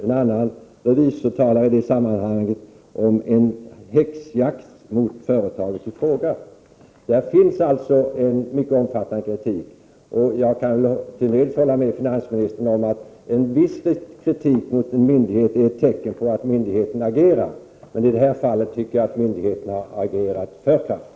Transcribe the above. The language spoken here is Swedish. En annan revisor talar i det sammanhanget om en ”häxjakt” mot företaget i fråga. Det förekommer alltså en mycket omfattande kritik, och jag kan till nöds hålla med finansministern om att en viss kritik mot en myndighet är ett tecken på att myndigheten agerar. I detta fall anser jag dock att myndigheten har agerat för kraftigt.